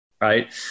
right